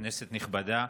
כנסת נכבדה,